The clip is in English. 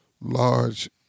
large